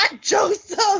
Joseph